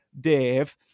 Dave